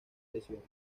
lesiones